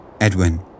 Edwin